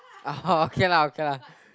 ah hor okay lah okay lah